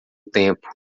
tempo